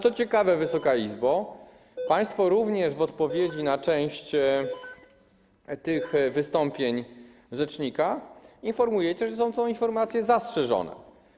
Co ciekawe, Wysoka Izbo, państwo również w odpowiedzi na część tych wystąpień rzecznika informujecie, że są to informacje zastrzeżone.